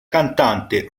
cantante